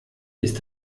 ist